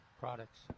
products